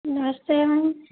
नाश्ते में